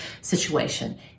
situation